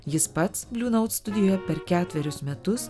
jis pats bliu naut studijoje per ketverius metus